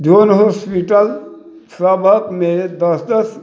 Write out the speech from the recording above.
जोन hospital सभक मे दस दस